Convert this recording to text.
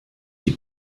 die